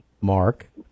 Mark